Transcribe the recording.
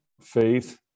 faith